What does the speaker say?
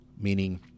Meaning